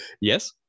Yes